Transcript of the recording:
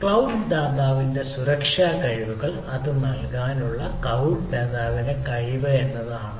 cloud ദാതാവിന്റെ സുരക്ഷാ കഴിവുകൾ അത് നൽകാനുള്ള ക്ലൌഡ് ദാതാവിന്റെ കഴിവ് എന്താണ്